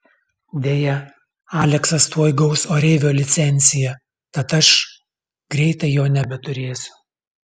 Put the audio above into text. deja aleksas tuoj gaus oreivio licenciją tad aš greitai jo nebeturėsiu